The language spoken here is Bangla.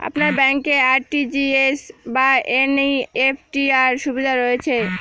আপনার ব্যাংকে আর.টি.জি.এস বা এন.ই.এফ.টি র সুবিধা রয়েছে?